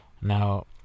now